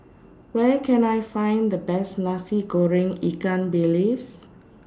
Where Can I Find The Best Nasi Goreng Ikan Bilis